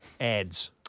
Ads